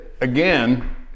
again